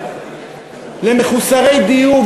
למחוסרי דיור,